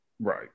Right